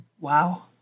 wow